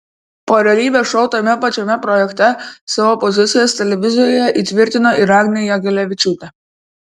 po realybės šou tame pačiame projekte savo pozicijas televizijoje įtvirtino ir agnė jagelavičiūtė